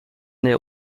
nähe